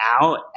out